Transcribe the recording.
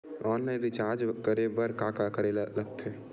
Online recharge करे बर का का करे ल लगथे?